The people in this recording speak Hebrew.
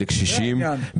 לקשישים,